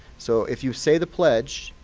so if you say the pledge,